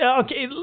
Okay